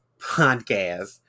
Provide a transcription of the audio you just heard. Podcast